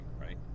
right